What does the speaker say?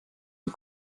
die